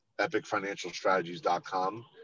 epicfinancialstrategies.com